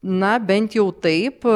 na bent jau taip